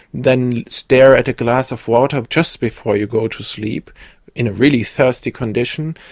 then stare at a glass of water just before you go to sleep in a really thirsty condition,